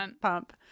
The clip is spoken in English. pump